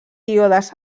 díodes